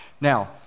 now